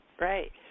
right